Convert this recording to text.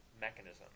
mechanism